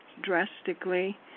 drastically